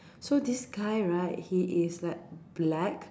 so this guy right he is like black